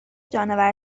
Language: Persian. جانور